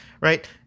right